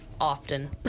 Often